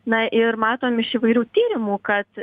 na ir matom iš įvairių tyrimų kad